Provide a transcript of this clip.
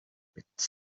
pits